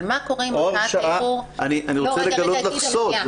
אבל מה קורה אם ערכאת הערעור --- אני רוצה לגלות לך סוד.